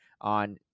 on